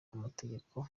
amategeko